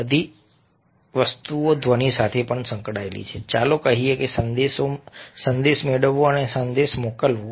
બધી વસ્તુઓ ધ્વનિ સાથે પણ સંકળાયેલ છે ચાલો કહીએ કે સંદેશ મેળવવો અને સંદેશ મોકલવો